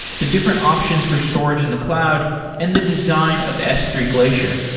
the different options for storage in the cloud and the design of s three glacier.